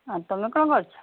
ଆଉ ତୁମେ କ'ଣ କରୁଛ